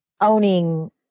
owning